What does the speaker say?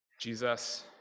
Jesus